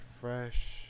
fresh